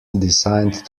designed